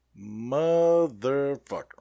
motherfucker